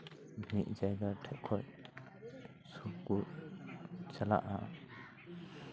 ᱢᱤᱫ ᱡᱟᱭᱜᱟ ᱴᱷᱮᱱ ᱠᱷᱚᱱ ᱥᱚᱵᱽ ᱠᱚ ᱪᱟᱞᱟᱜᱼᱟ